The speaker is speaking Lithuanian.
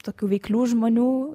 tokių veiklių žmonių